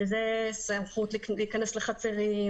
שזו סמכות להיכנס לחצרים,